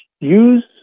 Use